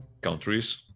countries